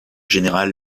général